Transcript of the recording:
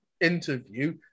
interview